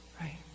right